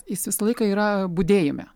jis visą laiką yra budėjime